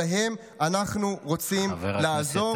שלהם אנחנו רוצים לעזור.